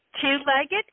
Two-legged